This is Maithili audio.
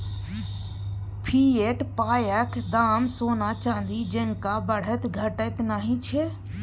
फिएट पायक दाम सोना चानी जेंका बढ़ैत घटैत नहि छै